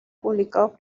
publicados